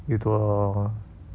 又多